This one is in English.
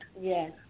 Yes